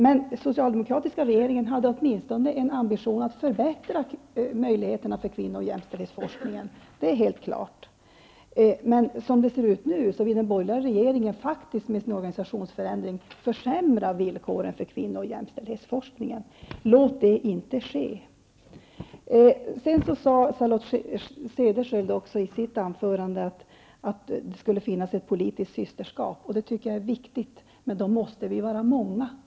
Men den socialdemokratiska regeringen hade åtminstone en ambition att förbättra möjligheterna för kvinnor och jämställdshetsforskningen. Det är helt klart. Men som det ser ut nu vill den borgerliga regeringen faktiskt, med sin organisationsförändring, försämra villkoren för kvinno och jämställdhetsforskningen. Låt inte detta ske! Charlotte Cederschiöld sade i sitt anförande att det skulle finnas ett politiskt systerskap. Det tycker jag är viktigt. Men då måste vi vara många.